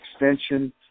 extension